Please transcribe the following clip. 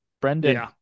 brendan